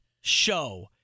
show